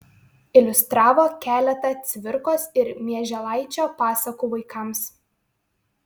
iliustravo keletą cvirkos ir mieželaičio pasakų vaikams